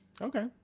Okay